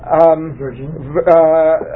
Virgin